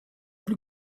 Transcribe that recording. plus